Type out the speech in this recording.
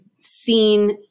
seen